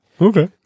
Okay